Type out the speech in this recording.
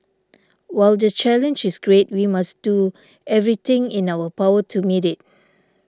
while the challenge is great we must do everything in our power to meet it